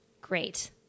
Great